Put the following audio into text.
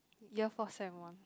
year four sem one